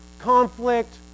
conflict